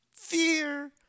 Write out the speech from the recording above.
fear